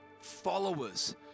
followers